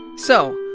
so.